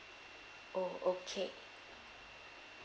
oh okay